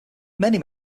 many